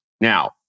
Now